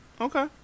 Okay